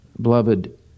Beloved